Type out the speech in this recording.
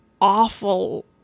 awful